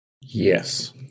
Yes